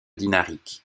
dinariques